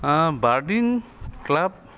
বাৰ্ডিং club